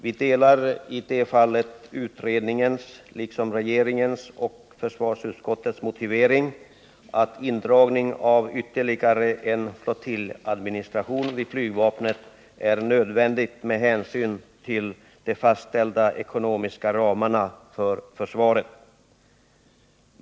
Vi delar i det fallet utredningens, regeringens och försvarsutskottets motivering att indragning av ytterligare en flottiljadministration vid flygvapnet är nödvändig med hänsyn till de fastställda ekonomiska ramarna för försvaret.